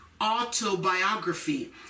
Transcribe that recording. autobiography